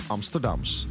Amsterdams